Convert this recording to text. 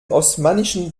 osmanischen